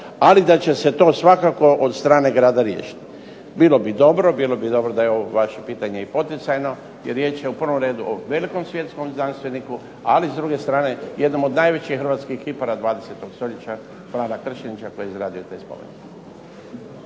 ali da će se to svakako od strane grada riješiti. Bilo bi dobro, bilo bi dobro da je ovo vaše pitanje i poticajno, jer riječ je u prvom redu o velikom svjetskom znanstveniku. Ali s druge strane jednom od najvećih hrvatskih kipara 20 stoljeća Frana Kršenića koji je izradio taj spomenik.